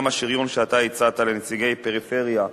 גם השריון שאתה הצעת לנציגי פריפריה,